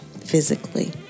physically